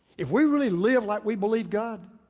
if we really live like we believe god,